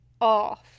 off